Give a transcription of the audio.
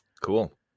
Cool